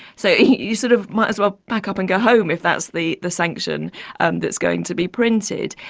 so, you, sort of, might as well pack up and go home if that's the the sanction and that's going to be printed.